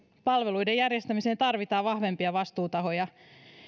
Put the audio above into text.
palveluiden järjestämiseen tarvitaan vahvempia vastuutahoja